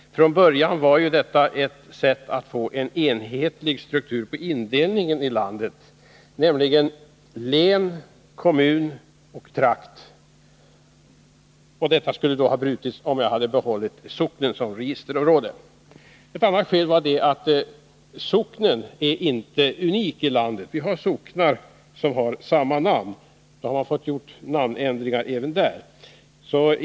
För att få en enhetlig struktur på indelningen i landet gjorde man från början följande indelning: län, kommun och trakt. Detta skulle ha brutits om man hade behållit socknen som registerområde. Ett annat skäl mot det förslaget är att socknen inte är unik i landet: Vi har socknar som har samma namn. Hade man följt det förslaget hade man fått göra namnändringar även där.